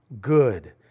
good